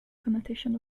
connotation